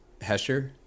Hesher